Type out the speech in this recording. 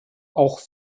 auch